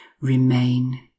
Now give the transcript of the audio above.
remain